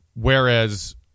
whereas